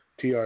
TR